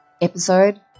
episode